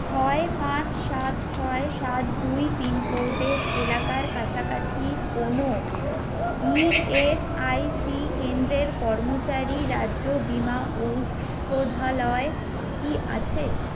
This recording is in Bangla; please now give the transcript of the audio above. ছয় পাঁচ সাত ছয় সাত দুই পিনকোডের এলাকার কাছাকাছি কোনও ইএসআইসি কেন্দ্রের কর্মচারী রাজ্য বীমা ঔষধালয় কি আছে